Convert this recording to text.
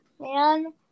man